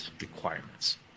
requirements